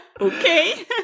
Okay